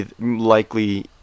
likely